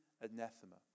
anathema